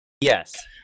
Yes